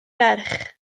ferch